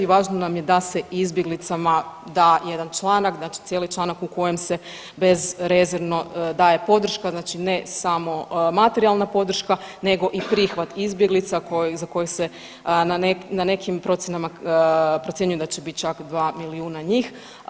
Važno nam je da se izbjeglicama da jedan članak, znači cijeli članak u kojem se bezrezervno daje podrška, znači ne samo materijalna podrška nego i prihvat izbjeglica za koji se na nekim procjenama procjenjuje da će biti čak 2 milijuna njih.